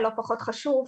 הלא פחות חשוב,